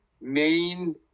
main